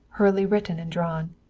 hurriedly written and drawn.